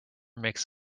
makes